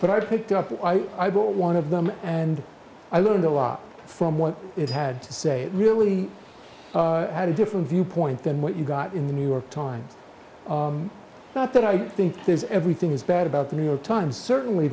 but i picked up i bought one of them and i learned a lot from what it had to say really had a different viewpoint than what you got in the new york times not that i think there's everything is bad about the new york times certainly